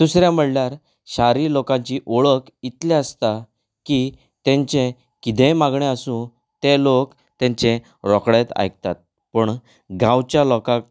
दुसरें म्हळ्यार शारी लोकांची वळख इतली आसतां की तेंचें किदेंय मागणें आसूं तें लोक तेंचें रोखडेंच आयकतात पूण गांवच्या लोकाक